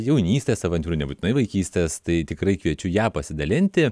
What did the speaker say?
jaunystės avantiūrų nebūtinai vaikystės tai tikrai kviečiu ją pasidalinti